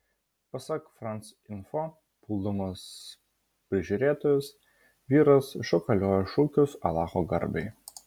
pasak france info puldamas prižiūrėtojus vyras šūkaliojo šūkius alacho garbei